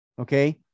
Okay